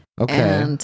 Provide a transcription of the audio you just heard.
okay